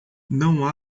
não